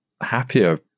happier